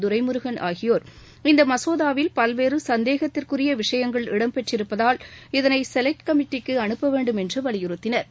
துரைமுருகன் ஆகியோர் இந்த மசோதாவில் பல்வேறு சந்தேகத்திற்குரிய விஷயங்கள் இடம் பெற்றிருப்பதால் இதளை செலக்ட் கமிட்டிக்கு அனுப்ப வேண்டுமென்று வலியுறத்தினா்